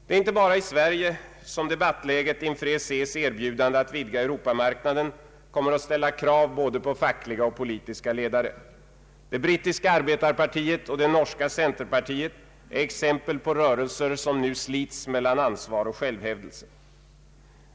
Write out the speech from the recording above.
Det är inte bara i Sverige som debattläget inför EEC:s erbjudande att vidga Europamarknaden kommer att ställa krav på både fackliga och politiska ledare. Det brittiska arbetarpartiet och det norska centerpartiet är exempel på rörelser som nu slits mel lan ansvar och självhävdelse.